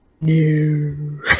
New